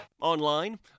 Online